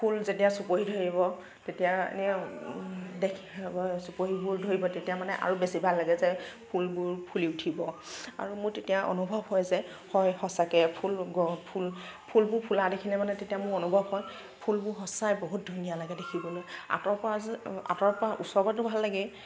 ফুলত যেতিয়া চুপহি ধৰিব তেতিয়া এনে দেখি চুপহিবোৰ ধৰিব তেতিয়া মানে আৰু বেছি ভাল লাগিব যে ফুলবোৰ ফুলি উঠিব আৰু মোৰ তেতিয়া অনুভৱ হয় যে হয় সঁচাকৈ ফুল ফুল ফুলবোৰ ফুলা দেখিলে মানে তেতিয়া মোৰ অনুভৱ হয় ফুলবোৰ সঁচাই বহুত ধুনীয়া লাগে দেখিবলৈ আঁতৰৰ পৰা যে আঁতৰৰ পৰা ওচৰৰ পৰাতো ভাল লাগেই